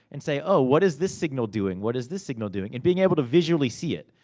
and say, oh, what is this signal doing? what is this signal doing? and being able to visually see it.